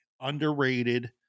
underrated